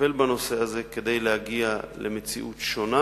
לטפל בנושא הזה כדי להגיע למציאות שונה,